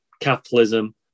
capitalism